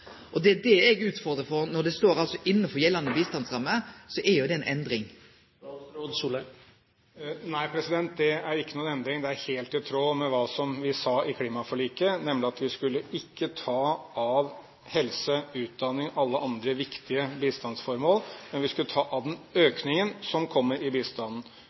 Det er det eg utfordrar på. Når det står «innenfor gjeldende» bistandsramme, så er jo det ei endring. Nei, det er ikke noen endring. Det er helt i tråd med hva vi sa i klimaforliket, nemlig at vi ikke skulle ta fra helse og utdanning – alle andre viktige bistandsformål – men vi skulle ta av den økningen som kommer i bistanden.